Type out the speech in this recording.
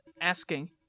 asking